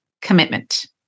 commitment